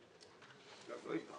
אפשרות